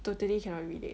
totally cannot relate